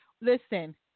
Listen